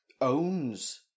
owns